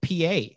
PA